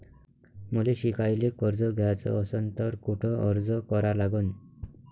मले शिकायले कर्ज घ्याच असन तर कुठ अर्ज करा लागन?